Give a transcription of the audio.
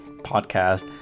podcast